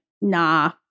nah